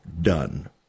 done